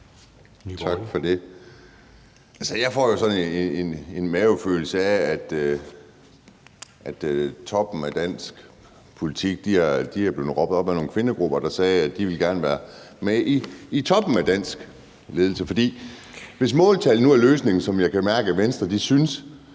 Tak for det. Jeg får jo sådan en mavefornemmelse af, at toppen af dansk politik er blevet råbt op af nogle kvindegrupper, der har sagt, at de gerne vil være med i toppen af ledelserne i Danmark. For hvis måltal nu er løsningen, hvad jeg kan mærke at Venstre synes,